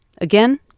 Again